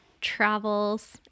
travels